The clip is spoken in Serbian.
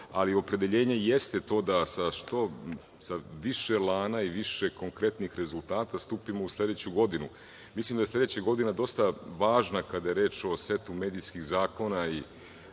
ali opredeljenje jeste to da sa više elana i više konkretnih rezultata stupi u sledeću godinu. Mislim da je sledeća godina dosta važna kada je reč o setu medijskih zakona,